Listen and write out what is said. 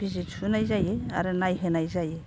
बिजि थुहोनाय जायो आरो नायहोनाय जायो